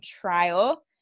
trial